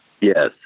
Yes